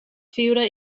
fibra